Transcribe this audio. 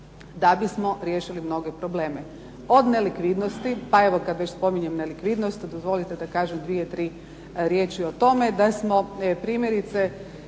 da bismo riješili mnoge probleme od nelikvidnosti. Pa evo kad već spominjem nelikvidnost dozvolite da kažem dvije, tri riječi o tome da smo primjerice